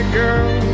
girl